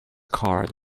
card